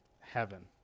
heaven